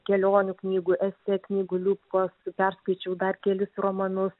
kelionių knygų esė knygų liubkos perskaičiau dar kelis romanus